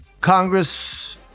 Congress